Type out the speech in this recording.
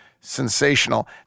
sensational